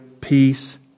peace